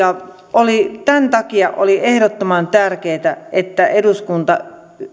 tämän takia oli ehdottoman tärkeätä että eduskunta